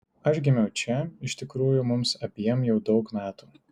aš gimiau čia iš tikrųjų mums abiem jau daug metų